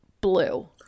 blue